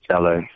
LA